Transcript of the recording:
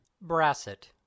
Brasset